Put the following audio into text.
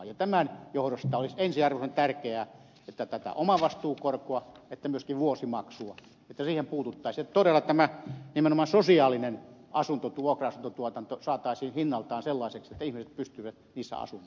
tämän johdosta olisi ensiarvoisen tärkeää että omavastuukorkoon ja myöskin vuosimaksuun puututtaisiin ja todella tämä nimenomaan sosiaalinen vuokra asuntotuotanto saataisiin hinnaltaan sellaiseksi että ihmiset pystyvät niissä asumaan